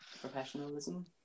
professionalism